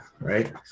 right